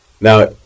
Now